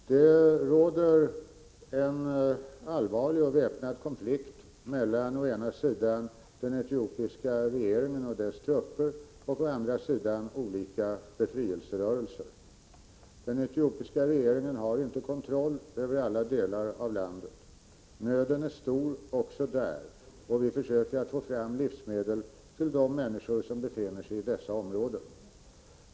Fru talman! Det råder en allvarlig och väpnad konflikt mellan å ena sidan den etiopiska regeringen och dess trupper och å andra sidan olika befrielserörelser. Den etiopiska regeringen har inte kontroll över alla delar av landet. Nöden är stor också i de delarna, och vi försöker att få fram livsmedel till de människor som befinner sig i dessa områden.